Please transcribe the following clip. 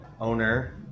owner